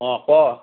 অঁ ক'